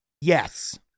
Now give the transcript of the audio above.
Yes